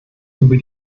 über